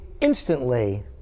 instantly